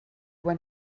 want